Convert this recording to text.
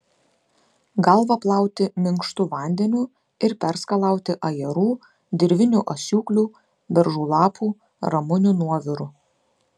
galvą plauti minkštu vandeniu ir perskalauti ajerų dirvinių asiūklių beržų lapų ramunių nuoviru